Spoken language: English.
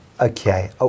okay